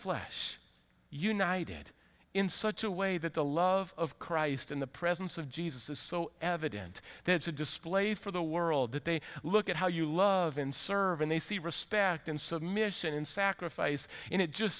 flesh united in such a way that the love christ in the presence of jesus is so evident that it's a display for the world that they look at how you love and serve and they see respect and submission in sacrifice and it just